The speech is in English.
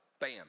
bam